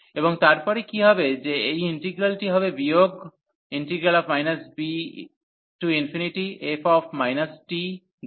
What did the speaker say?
এবং তারপরে কী হবে যে এই ইন্টিগ্রালটি হবে বিয়োগ bf tdt